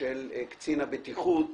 של קצין הבטיחות,